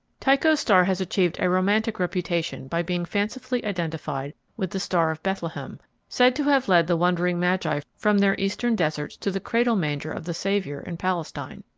tycho's star has achieved a romantic reputation by being fancifully identified with the star of bethlehem said to have led the wondering magi from their eastern deserts to the cradle-manger of the savior in palestine.